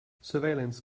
surveillance